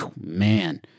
man